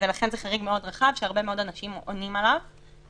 זה חריג שהרבה מאוד אנשים עונים עליו.